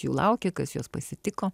jų laukė kas juos pasitiko